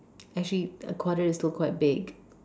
I see a quarter is still quite big